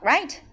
Right